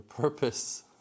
purpose